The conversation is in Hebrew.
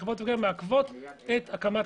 וחברות הגבייה מעכבות את ההקמה.